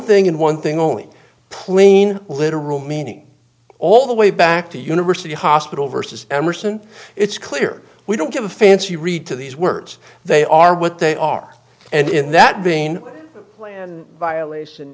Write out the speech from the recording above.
thing and one thing only plain literal meaning all the way back to university hospital versus emerson it's clear we don't give a fancy read to these words they are what they are and in that being violation